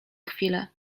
chwilę